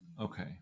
okay